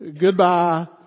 goodbye